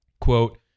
quote